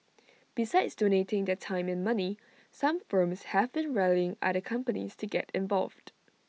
besides donating their time and money some firms have been rallying other companies to get involved